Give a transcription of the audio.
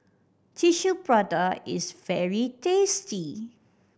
Tissue Prata is very tasty